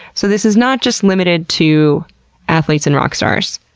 so, this is not just limited to athletes and rock starts.